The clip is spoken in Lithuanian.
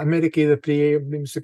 amerika yra priėmusi